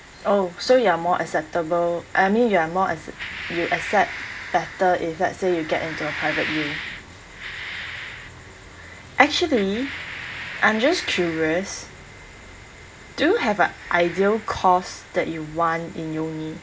oh so you are more acceptable I mean you are more ac~ you accept better if let's say you get into a private U actually I'm just curious do you have an ideal course that you want in uni